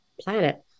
planet